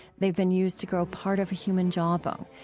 they've been used to grow part of a human jawbone,